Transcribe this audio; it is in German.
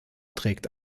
trägt